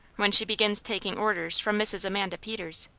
when she begins taking orders from mrs. amanda peters.